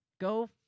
Go